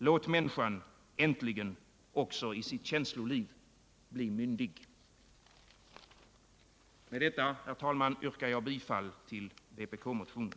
Låt människan äntligen också i sitt känsloliv bli myndig. Med detta, herr talman, yrkar jag bifall till vpk-motionen.